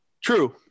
True